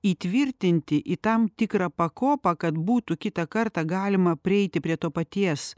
įtvirtinti į tam tikrą pakopą kad būtų kitą kartą galima prieiti prie to paties